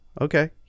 okay